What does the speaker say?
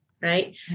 right